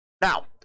Now